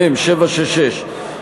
מ/766,